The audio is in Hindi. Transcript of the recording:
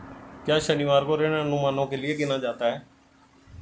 क्या शनिवार को ऋण अनुमानों के लिए गिना जाता है?